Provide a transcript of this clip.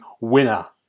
Winner